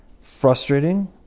frustrating